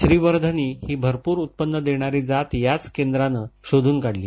श्रीवर्धनी ही भरप्र उत्पन्न देणारी जात याचं केंद्रानं शोधून काढली